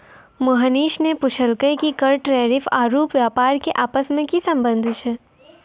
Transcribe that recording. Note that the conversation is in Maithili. मोहनीश ने पूछलकै कि कर टैरिफ आरू व्यापार के आपस मे की संबंध छै